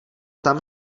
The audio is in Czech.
tam